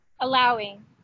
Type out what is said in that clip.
allowing